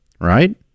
right